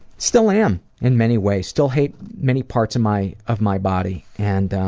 still am in many ways, still hate many parts of my of my body, and